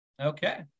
Okay